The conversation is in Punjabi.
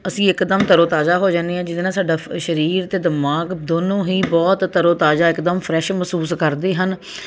ਅਸੀਂ ਇਕਦਮ ਤਰੋ ਤਾਜ਼ਾ ਹੋ ਜਾਂਦੇ ਹਾਂ ਜਿਹਦੇ ਨਾਲ ਸਾਡਾ ਸਰੀਰ ਅਤੇ ਦਿਮਾਗ ਦੋਨੋਂ ਹੀ ਬਹੁਤ ਤਰੋ ਤਾਜ਼ਾ ਇਕਦਮ ਫਰੈਸ਼ ਮਹਿਸੂਸ ਕਰਦੇ ਹਨ